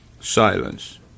silence